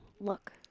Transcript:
look